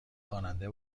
خواننده